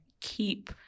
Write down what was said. keep